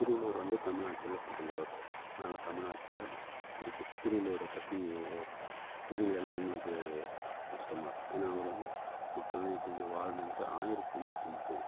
திருவள்ளுவர் வந்து தமிழ்நாட்டில் பிறந்தவர் நாங்கள் தமிழ்நாட்டில் திரு திருவள்ளுவரை பற்றி தெரியிலனால் எங்களுக்கு நஷ்டமா இருக்கும் ஏன்னால் அவர் வந்து மக்களெல்லாம் எப்படி எப்படி வாழணுன்ட்டு ஆயிரத்து முந்நூற்றி முப்பது